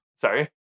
Sorry